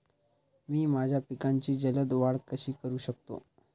मी माझ्या पिकांची जलद वाढ कशी करू शकतो?